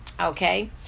okay